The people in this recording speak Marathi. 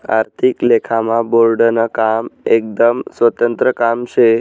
आर्थिक लेखामा बोर्डनं काम एकदम स्वतंत्र काम शे